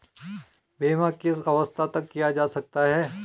बीमा किस अवस्था तक किया जा सकता है?